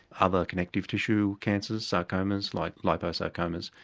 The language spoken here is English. other connective tissue cancers, sarcomas, like liposarcomas,